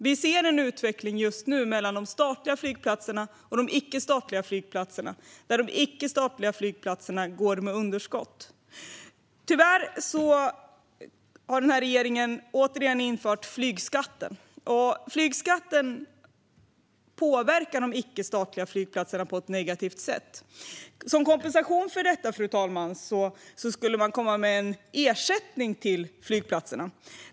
Vi ser en utveckling just nu som skiljer de statliga flygplatserna från de icke-statliga flygplatserna, där de senare går med underskott. Tyvärr har den här regeringen återigen infört flygskatten. Flygskatten påverkar de icke-statliga flygplatserna på ett negativt sätt. Som kompensation för detta, fru talman, skulle regeringen komma med en ersättning till flygplatserna.